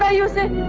ah use it.